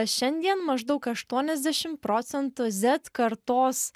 šiandien maždaug aštuoniasdešim procentų zet kartos